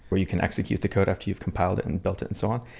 where you can execute the code after you've compiled it and built it and so on.